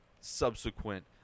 subsequent